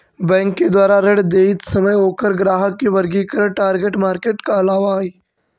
bank के द्वारा ऋण देइत समय ओकर ग्राहक के वर्गीकरण टारगेट मार्केट कहलावऽ हइ